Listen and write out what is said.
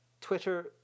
Twitter